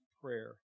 prayer